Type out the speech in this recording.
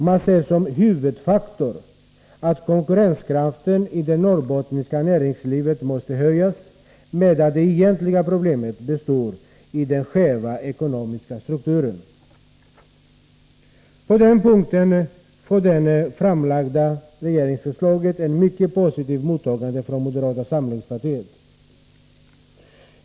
Man ser som en huvudfaktor att konkurrenskraften i det norrbottniska näringslivet måste höjas, medan det egentliga problemet består i den skeva ekonomiska strukturen. På den punkten får det framlagda regeringsförslaget ett mycket positivt mottagande från moderata samlingspartiet.